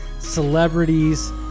celebrities